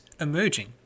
emerging